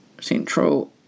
central